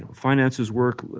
finances work,